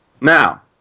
Now